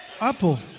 Apple